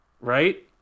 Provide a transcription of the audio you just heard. Right